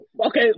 Okay